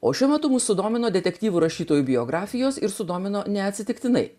o šiuo metu mus sudomino detektyvų rašytojų biografijos ir sudomino neatsitiktinai